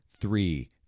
three